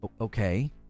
Okay